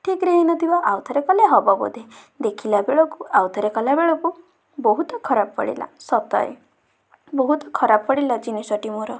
ଠିକ୍ରେ ହେଇନଥିବ ଆଉ ଥରେ କଲେ ହବ ବୋଧେ ଦେଖିଲା ବେଳକୁ ଆଉ ଥରେ କଲାବେଳକୁ ବହୁତ ଖରାପ ପଡ଼ିଲା ସତରେ ବହୁତ ଖରାପ ପଡ଼ିଲା ଜିନିଷଟି ମୋର